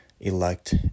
elect